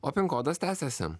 o pin kodas tęsiasi